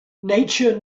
nature